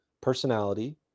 personality